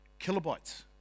kilobytes